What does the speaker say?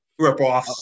ripoffs